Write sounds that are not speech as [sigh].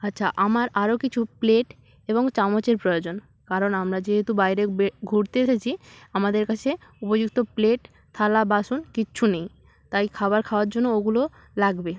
আচ্ছা আমার আরও কিছু প্লেট এবং চামচের প্রয়োজন কারণ আমরা যেহেতু বাইরে বে [unintelligible] ঘুরতে এসেছি আমাদের কাছে উপযুক্ত প্লেট থালা বাসন কিচ্ছু নেই তাই খাবার খাওয়ার জন্য ওগুলো লাগবে